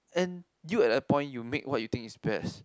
and you at that point you make what you think is best